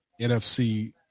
NFC